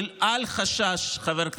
מה תעשה אם הוא יופיע לפתע?